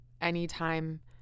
Anytime